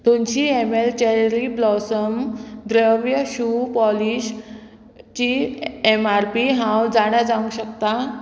दोनशी M L Cherry Blossom द्रव्य shoe polish ची एम आर पी हांव जाणा जावंक शकता